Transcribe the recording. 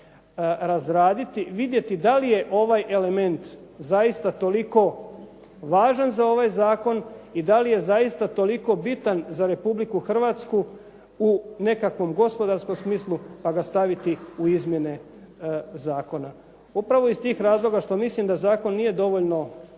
razraditi, vidjeti da li je ovaj element zaista toliko važan za ovaj zakon i da li je zaista toliko bitan za Republiku Hrvatsku u nekakvom gospodarskom smislu pa ga staviti u izmjene zakona. Upravo iz tih razloga što mislim da zakon nije dovoljno